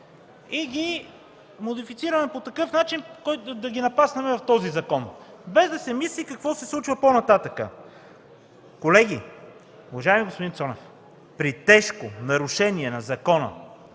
и ги модифицираме по такъв начин, за да ги напаснем в този закон, без да се мисли какво се случва по-нататък. Колеги, уважаеми господин Цонев, при тежко нарушение на закона,